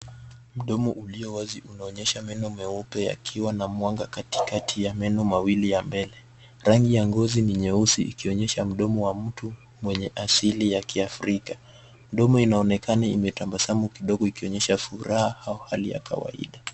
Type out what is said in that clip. Mdomo ulio wazi unaonyesha meno meupe yakiwa na mwanga katikati ya meno mawili ya mbele. Rangi ya ngozi ni nyeusi ikionyesha mdomo wa mtu mwenye asili ya kiafrika. Mdomo inaonekana imetabasamu kidogo ikionyesha furaha au hali ya kawaida.